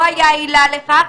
לא הייתה עילה לכך.